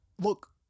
look